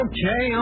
Okay